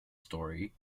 story